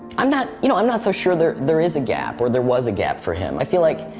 i'm not, you know i'm not so sure there, there is a gap or there was a gap for him. i feel like,